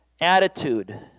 attitude